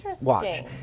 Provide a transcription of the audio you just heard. watch